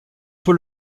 peut